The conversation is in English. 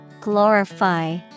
Glorify